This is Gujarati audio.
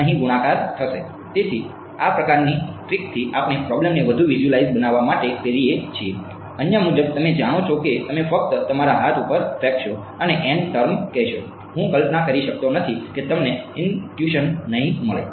તેથી તેથી આ પ્રકારની ટ્રીકથી આપણે પ્રોબ્લેમને વધુ વિઝ્યુઅલાઈઝેબલ બનાવવા માટે કરીએ છીએ અન્ય મુજબ તમે જાણો છો કે તમે ફક્ત તમારા હાથ ઉપર ફેંકશો અને n ટર્મ કહેશો હું કલ્પના કરી શકતો નથી કે તમને ઈનટ્યુશન નહીં મળે